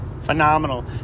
Phenomenal